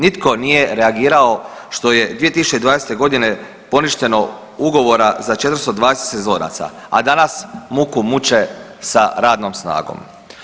Nitko nije reagirao što je 2020.g. poništeno ugovora za 420 sezonaca, a danas muku muče sa radnom snagom.